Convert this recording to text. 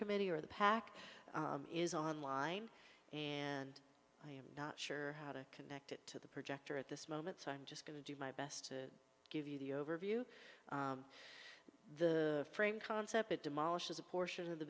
committee or the pac is online and i am not sure how to connect it to the projector at this moment so i'm just going to do my best to give you the overview the frame concept it demolishes a portion of the